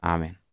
Amen